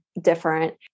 different